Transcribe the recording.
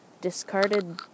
discarded